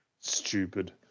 Stupid